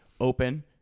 open